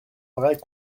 paraît